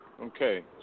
Okay